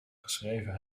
geschreven